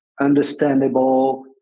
understandable